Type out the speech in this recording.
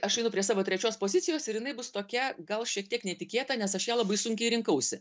aš einu prie savo trečios pozicijos ir jinai bus tokia gal šiek tiek netikėta nes aš ją labai sunkiai rinkausi